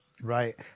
Right